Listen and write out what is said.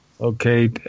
Okay